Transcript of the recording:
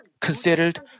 considered